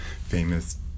famous